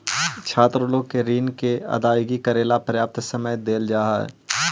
छात्र लोग के ऋण के अदायगी करेला पर्याप्त समय देल जा हई